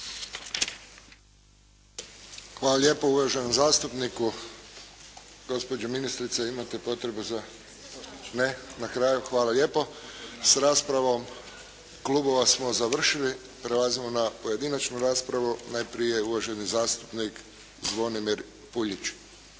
Hvala lijepo uvaženom zastupniku. Gospođo ministrice, imate potrebu za? Ne. Na kraju. Hvala lijepo. S raspravom klubova smo završili. Prelazimo na pojedinačnu raspravu. Najprije uvaženi zastupnik Zvonimir Puljić.